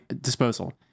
disposal